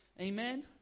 Amen